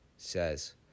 says